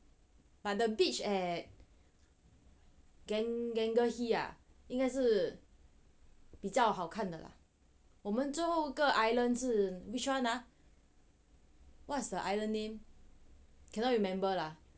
but the beach at gang~ gang~ gangehi 呀应该是比较好看的了我们最后个 island 是 which one ah what's the island name cannot remember lah